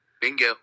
Bingo